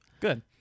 Good